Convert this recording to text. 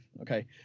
Okay